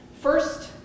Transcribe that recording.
First